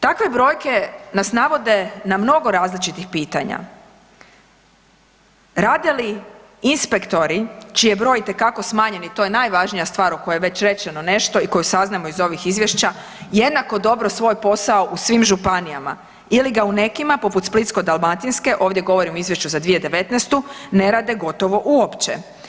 Takve brojke nas navode na mnogo različitih pitanja, rade li inspektori, čiji je broj itekako smanjen i to je najvažnija stvar o kojoj je već rečeno nešto i koji saznajemo iz ovih izvješća, jednako dobro svoj posao u svim županijama ili ga u nekima poput Splitsko-dalmatinske, ovdje govorim o izvješću za 2019., ne rade gotovo uopće?